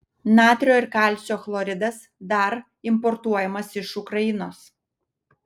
natrio ir kalcio chloridas dar importuojamas iš ukrainos